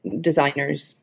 designers